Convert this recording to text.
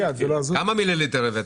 כמה מיליליטר הבאת?